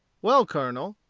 well, colonel,